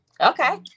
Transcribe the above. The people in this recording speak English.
Okay